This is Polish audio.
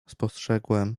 spostrzegłem